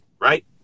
right